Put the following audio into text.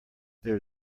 there